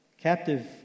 captive